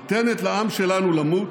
נותנת לעם שלנו למות,